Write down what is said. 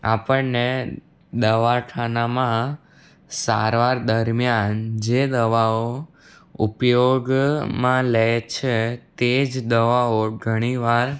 આપણને દવાખાનામાં સારવાર દરમિયાન જે દવાઓ ઉપયોગમાં લે છે તે જ દવાઓ ઘણી વાર